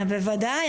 בוודאי.